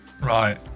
Right